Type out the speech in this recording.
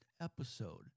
episode